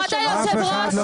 כבוד היושב-ראש,